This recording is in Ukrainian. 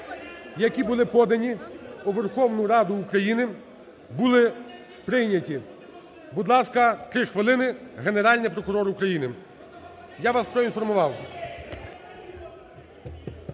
які були подані у Верховну Раду України, були прийняті. Будь ласка, 3 хвилини, Генеральний прокурор України. Я вас проінформував.